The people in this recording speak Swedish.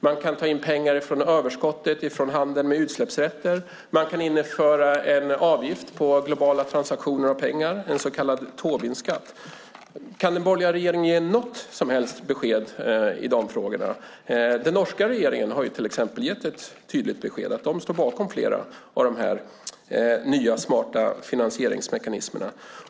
Man kan ta in pengar av överskottet från handeln med utsläppsrätter. Man kan införa en avgift på globala transaktioner av pengar, en så kallad Tobinskatt. Kan den borgerliga regeringen ge något som helst besked i de frågorna? Den norska regeringen har gett ett tydligt besked, att de står bakom flera av de här nya smarta finansieringsmekanismerna.